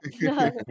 no